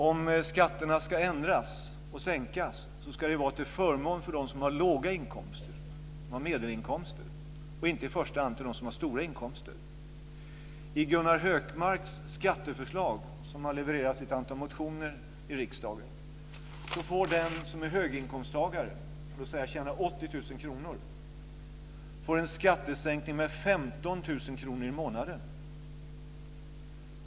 Om skatterna ska ändras, och sänkas, ska det vara till förmån för dem som har låga inkomster och medelinkomster - inte i första hand för dem som har stora inkomster. I Gunnar Hökmarks skatteförslag, som har levererats i ett antal motioner i riksdagen, gynnas höginkomsttagare. Den som tjänar, låt säga, 80 000 kr får en skattesänkning med 15 000 kr i månaden.